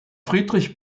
friedrich